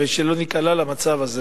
ושלא ניקלע למצב הזה